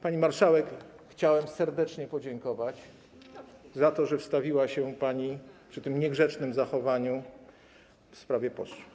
Pani marszałek, chciałem serdecznie podziękować za to, że wstawiła się pani przy tym niegrzecznym zachowaniu w sprawie posłów.